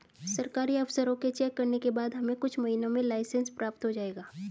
सरकारी अफसरों के चेक करने के बाद हमें कुछ महीनों में लाइसेंस प्राप्त हो जाएगा